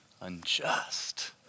unjust